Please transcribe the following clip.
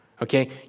Okay